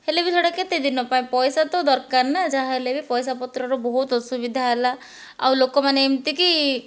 ହେଲେବି ସେଇଟା କେତେ ଦିନ ପାଇଁ ପଇସା ତ ଦରକାର ନା ଯାହା ହେଲେ ବି ପଇସା ପତ୍ରର ବହୁତ ଅସୁବିଧା ହେଲା ଆଉ ଲୋକମାନେ ଏମିତିକି